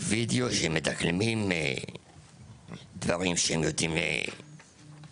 וידיאו שבו אנשים מדקלמים ומספרים שהם יודעים לאפות